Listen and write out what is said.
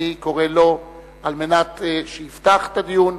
אני קורא לו על מנת שיפתח הדיון,